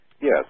Yes